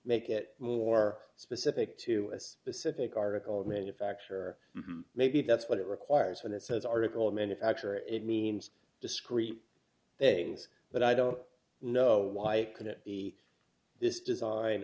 make it more specific to a specific article of manufacture or maybe that's what it requires when it says article of manufacture it means discreet they but i don't know why could it be this design